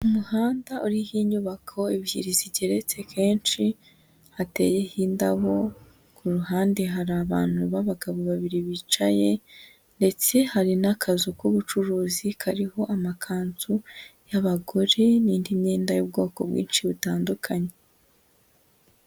Umuhanda uriho inyubako ebyiri zigeretse kenshi, hateye indabo, ku ruhande hari abantu b'abagabo babiri bicaye ndetse hari n'akazu k'ubucuruzi, kariho amakanzu y'abagore n'indi myenda y'ubwoko bwinshi butandukanye.